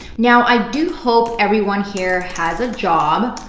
now, i do hope everyone here has a job,